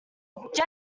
jennings